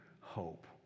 hope